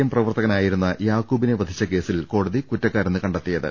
M പ്രവർത്തകനായിരുന്ന യാക്കൂ ബിനെ വധിച്ച കേസിൽ കോടതി കുറ്റക്കാരെന്ന് കണ്ടെത്തിയത്